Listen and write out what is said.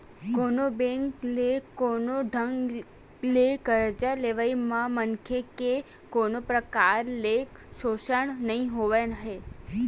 कोनो बेंक ले कोनो ढंग ले करजा लेवई म मनखे के कोनो परकार ले सोसन नइ होना हे